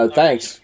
thanks